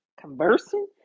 conversing